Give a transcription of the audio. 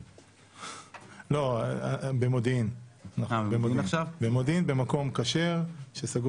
26 באוקטובר 2021. עשינו קצת שינוי